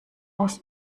aus